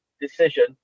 decision